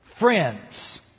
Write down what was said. friends